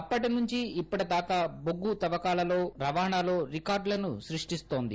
అప్పటి నుంచి ఇప్పటి దాకా బొగ్గు తవ్వకాలలో రవాణాలో రికార్దులను స్బష్టిస్తోంది